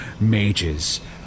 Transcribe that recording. mages